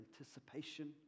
anticipation